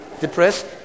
Depressed